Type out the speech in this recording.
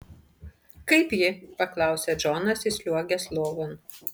kaip ji paklausė džonas įsliuogęs lovon